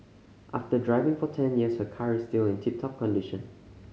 after driving for ten years her car is still in tip top condition